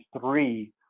three